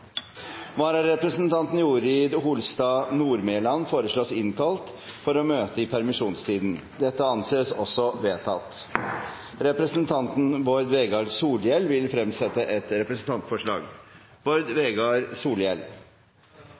Vararepresentanten Jorid Holstad Nordmelan foreslås innkalt for å møte i permisjonstiden. – Det anses vedtatt. Representanten Karin Andersen vil fremsette et representantforslag. På vegne av Bård Vegar Solhjell